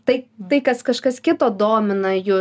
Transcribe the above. tai tai kas kažkas kito domina jus